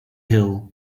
hill